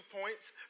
points